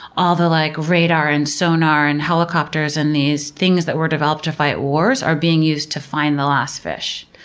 all the like radar and sonar and helicopters and these things that were developed to fight wars are being used to find the last fish.